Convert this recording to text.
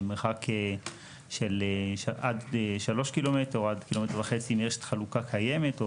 במרחק של עד 3 ק"מ או עד 1.5 ק"מ אם יש חלוקה קיימת או